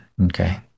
Okay